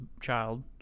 child